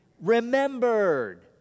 remembered